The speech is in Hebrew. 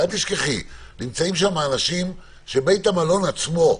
אל תשכחי, נמצאים שם אנשים שבית המלון עצמו,